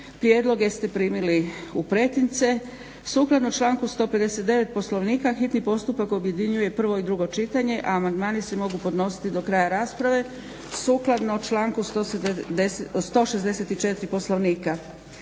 Prijedloge ste primili u pretince. Sukladno članku 159. Poslovnika hitni postupak objedinjuje prvo i drugo čitanje, a amandmani se mogu podnositi do kraja rasprave sukladno članku 164. Poslovnika.